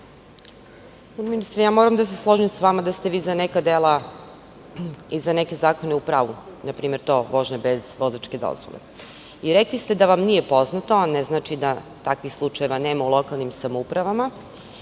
ministre, moram da se složim sa vama da ste vi za neka dela i za neke zakone u pravu. Na primer, vožnja bez vozačke dozvole. Rekli ste da vam nije poznata, a ne znači da takvih slučajeva nema u lokalnim samoupravama,